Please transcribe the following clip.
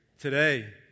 Today